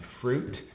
fruit